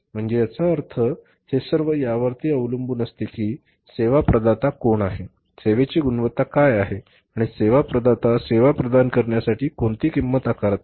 म्हणजे याचा अर्थ हे सर्व यावरती अवलंबून असते कि सेवा प्रदाता कोण आहे सेवेची गुणवत्ता काय आहे आणि सेवा प्रदाता सेवा प्रदान करण्यासाठी कोणती किंमत आकारत आहे